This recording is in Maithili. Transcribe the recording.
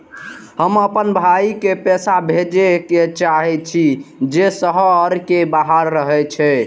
हम आपन भाई के पैसा भेजे के चाहि छी जे शहर के बाहर रहे छै